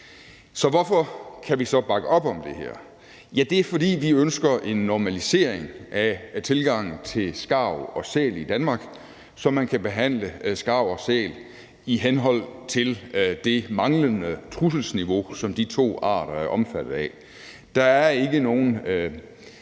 Så hvorfor kan vi så bakke op om det her? Ja, det kan vi, fordi vi ønsker en normalisering af tilgangen til skarver og sæler i Danmark, så man kan behandle skarver og sæler i henhold til det manglende trusselsniveau, som de to arter er omfattet af. Det er ikke sådan,